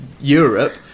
europe